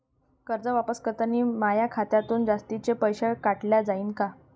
कर्ज वापस करतांनी माया खात्यातून जास्तीचे पैसे काटल्या जाईन का?